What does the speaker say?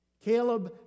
Caleb